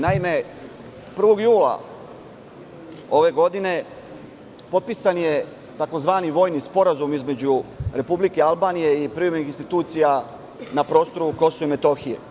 Naime, 1. jula ove godine potpisan je tzv. vojni sporazum između Republike Albanije i privremenih institucija na prostoru Kosova i Metohija.